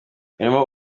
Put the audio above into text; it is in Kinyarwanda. urimo